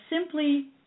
simply